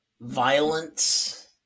violence